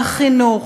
מהחינוך,